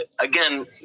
again